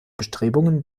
bestrebungen